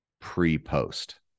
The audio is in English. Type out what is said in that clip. pre-post